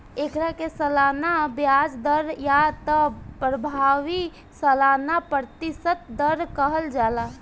एकरा के सालाना ब्याज दर या त प्रभावी सालाना प्रतिशत दर कहल जाला